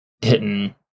hitting